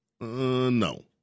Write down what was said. No